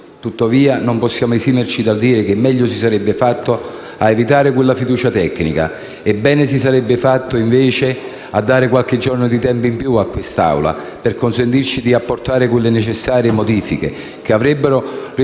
Consiglio, non possiamo esimerci dal dire che meglio si sarebbe fatto a evitare la fiducia tecnica e bene si sarebbe fatto, invece, a dare qualche giorno di tempo in più a quest'Assemblea per consentirle di apportare le necessarie modifiche che avrebbero reso